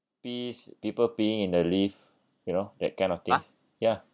piss people peeing in the lift you know that kind of thing ya